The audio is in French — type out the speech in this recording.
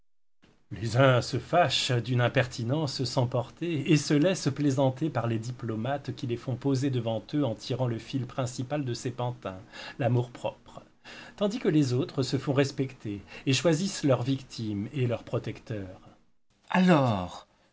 les uns se fâchent d'une impertinence sans portée et se laissent plaisanter par les diplomates qui les font poser devant eux en tirant le fil principal de ces pantins l'amour-propre tandis que les autres se font respecter et choisissent leurs victimes et leurs protecteurs alors